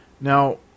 now